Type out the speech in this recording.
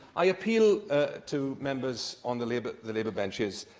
i appeal to members on the labour the labour benches.